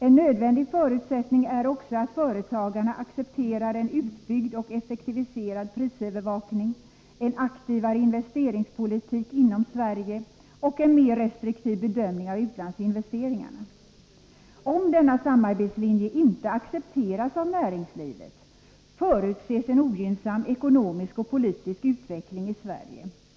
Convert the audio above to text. En nödvändig förutsättning anses också vara att företagarna accepterar en utbyggd och effektiviserad prisövervakning, en aktivare investeringspolitik inom Sverige och en mer restriktiv bedömning av utlandsinvesteringarna. Om denna samarbetslinje inte accepteras av näringslivet, förutses en ogynnsam ekonomisk och politisk utveckling i Sverige.